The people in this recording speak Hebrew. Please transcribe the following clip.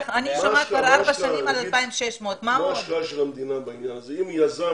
אני שומעת ארבע שנים על 2,600. אם יזם